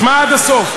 שמע עד הסוף,